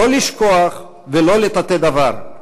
לא לשכוח ולא לטאטא דבר.